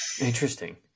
Interesting